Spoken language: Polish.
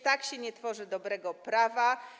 Tak się nie tworzy dobrego prawa.